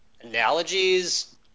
analogies